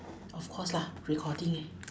of course lah recording eh